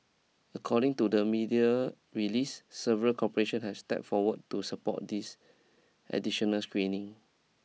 according to the media release several corporation have stepped forward to support these additional screening